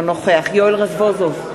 אינו נוכח יואל רזבוזוב,